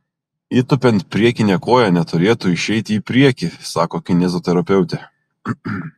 įtūpiant priekinė koja neturėtų išeiti į priekį sako kineziterapeutė